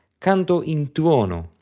canto in tuono,